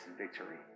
victory